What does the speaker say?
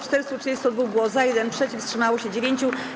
432 było za, 1 - przeciw, wstrzymało się 9.